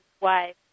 wife